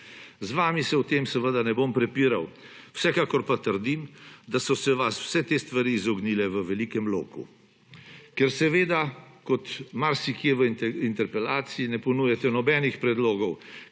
Z vami se o tem seveda ne bom prepiral, vsekakor pa trdim, da so se vas vse te stvari izognile v velikem loku, ker kot marsikje v interpelaciji ne ponujate nobenih predlogov,